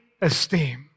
esteem